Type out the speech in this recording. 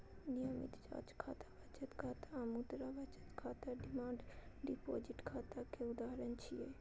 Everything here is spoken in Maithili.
नियमित जांच खाता, बचत खाता आ मुद्रा बाजार खाता डिमांड डिपोजिट खाता के उदाहरण छियै